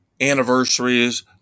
anniversaries